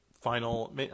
final